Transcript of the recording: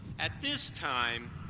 at this time,